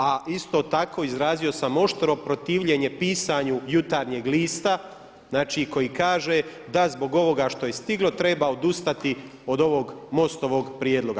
A isto tako izrazio sam oštro protivljenje pisanju Jutarnjeg lista, znači koji kaže da zbog ovoga što je stiglo treba odustati od ovog MOST-ovog prijedloga.